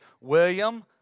William